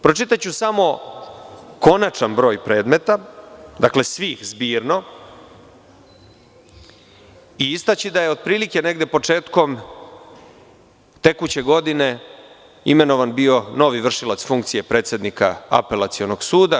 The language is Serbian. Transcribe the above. Pročitaću samo konačan broj predmeta, svih zbirno, i istaći da je otprilike početkom tekuće godine imenovan bio novi vršilac funkcije predsednika Apelacionog suda.